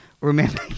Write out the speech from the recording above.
remember